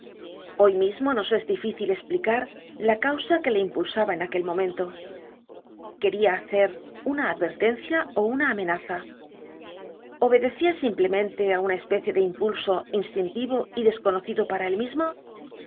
hoy mismo nos es difícil esplicar la causa que le impulsaba en aquel momento queria hacer una advertencia ó una amenaza obedecia simplemente á una especie de impulso instintivo y desconocido para él mismo